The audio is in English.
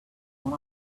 one